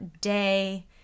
day